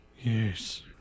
Yes